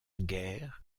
guerre